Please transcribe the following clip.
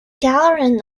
gagarin